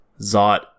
Zot